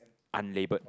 unlabelled